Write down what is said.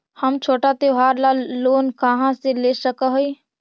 हम छोटा त्योहार ला लोन कहाँ से ले सक ही?